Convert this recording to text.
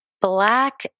black